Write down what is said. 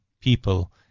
people